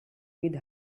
with